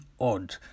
odd